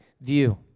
view